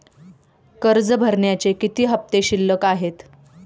कर्ज भरण्याचे किती हफ्ते शिल्लक आहेत?